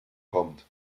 kommt